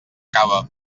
cava